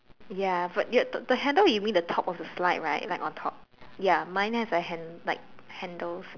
ya but yet the handle you mean at the top of the slide right like on top ya mine has a hand like handles